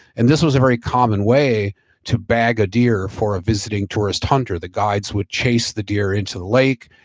and this was a very common way to bag a deer for a visiting tourist hunter, the guides would chase the deer into the lake.